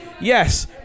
Yes